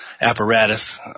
apparatus